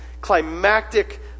climactic